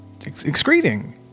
excreting